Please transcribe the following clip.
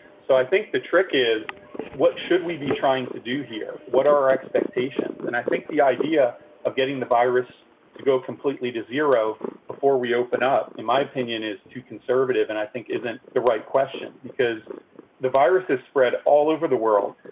so i think the trick is what should we be trying to do here? what are our expectations? and i think the idea of getting the virus to go completely to zero before we open up, in my opinion, is too conservative and i think isn't the right question because the virus is spread all over the world.